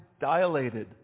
dilated